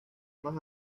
más